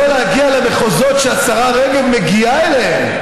לא להגיע למחוזות שהשרה רגב מגיעה אליהם,